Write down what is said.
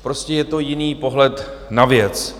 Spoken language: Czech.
Prostě je to jiný pohled na věc.